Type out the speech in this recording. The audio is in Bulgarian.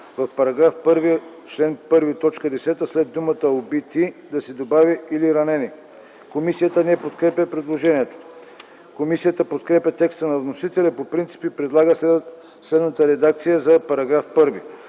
В § 1, чл. 1, т. 10 след думата „убити” да се добави „или ранени”. Комисията не подкрепя предложението. Комисията подкрепя текста на вносителя по принцип и предлага следната редакция за § 1: „§ 1.